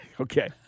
Okay